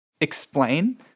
explain